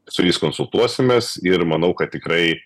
su jais konsultuosimės ir manau kad tikrai